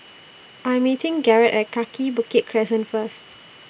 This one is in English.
I'm meeting Garrett At Kaki Bukit Crescent First